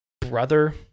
brother